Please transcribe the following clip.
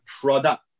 product